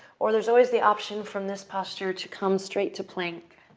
or there's always the option from this posture to come straight to plank.